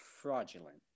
fraudulent